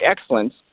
excellence